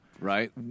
Right